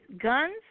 guns